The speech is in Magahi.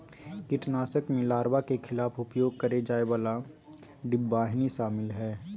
कीटनाशक में लार्वा के खिलाफ उपयोग करेय जाय वाला डिंबवाहिनी शामिल हइ